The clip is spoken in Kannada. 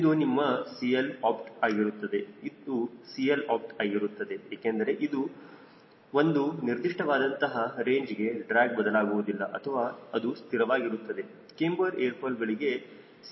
ಇದು ನಿಮ್ಮ 𝐶Lopt ಆಗಿರುತ್ತದೆ ಇದು 𝐶Lopt ಆಗಿರುತ್ತದೆ ಏಕೆಂದರೆ ಈ ಒಂದು ನಿರ್ದಿಷ್ಟವಾದಂತಹ ರೇಂಜ್ಗೆ ಡ್ರ್ಯಾಗ್ ಬದಲಾಗುವುದಿಲ್ಲ ಅಥವಾ ಅದು ಸ್ಥಿರವಾಗಿರುತ್ತದೆ ಕ್ಯಾಮ್ಬರ್ ಏರ್ ಫಾಯ್ಲ್ಗಳಿಗೆ 𝐶L